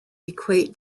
equate